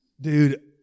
dude